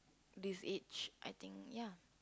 this age I think ya